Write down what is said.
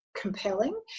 compelling